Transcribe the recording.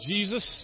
Jesus